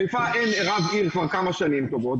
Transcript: בחיפה אין רב עיר כבר כמה שנים טובות,